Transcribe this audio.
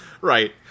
right